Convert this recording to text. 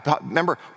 remember